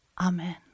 Amen